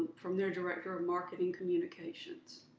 from their director of marketing communications.